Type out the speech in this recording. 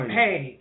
hey